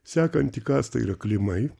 sekanti kasta yra klimai